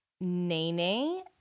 Nene